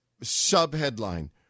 sub-headline